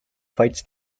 fights